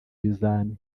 ibizami